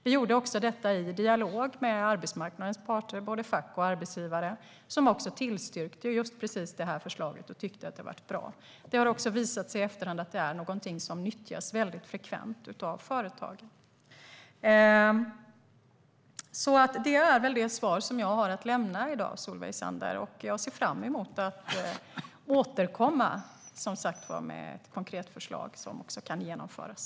Vi gjorde detta i dialog med arbetsmarknadens parter, både fack och arbetsgivare, som tyckte att förslaget var bra och tillstyrkte det. Det har också visat sig i efterhand att detta är någonting som nyttjas väldigt frekvent av företag. Det är väl det svar jag har att lämna i dag, Solveig Zander. Jag ser som sagt fram emot att återkomma med ett konkret förslag som kan genomföras.